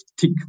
tick